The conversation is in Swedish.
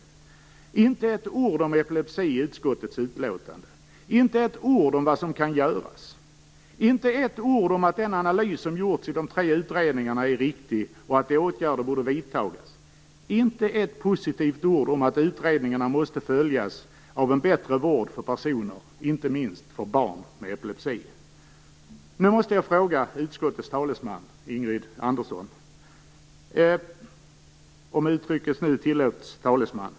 Det finns inte ett ord om epilepsi i utskottets utlåtande, inte ett ord om vad som kan göras, inte ett ord om att den analys som har gjorts i de tre utredningarna är riktig och att åtgärder borde vidtas och inte ett positivt ord om att utredningarna måste följas av en bättre vård för personer, inte minst barn, med epilepsi. Nu måste jag ställa ett par frågor till utskottets talesman - om det uttrycket tillåts - Ingrid Andersson.